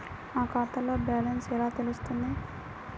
నా ఖాతాలో బ్యాలెన్స్ ఎలా తెలుస్తుంది?